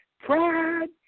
Pride